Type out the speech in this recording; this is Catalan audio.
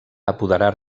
apoderar